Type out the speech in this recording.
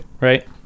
right